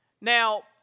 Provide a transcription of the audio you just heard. Now